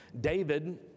David